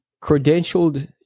credentialed